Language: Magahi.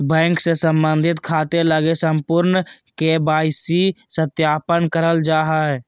बैंक से संबंधित खाते लगी संपूर्ण के.वाई.सी सत्यापन करल जा हइ